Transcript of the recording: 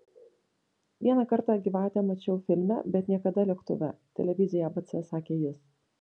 vieną kartą gyvatę mačiau filme bet niekada lėktuve televizijai abc sakė jis